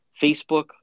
Facebook